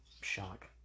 shock